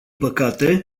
păcate